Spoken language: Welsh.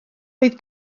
oedd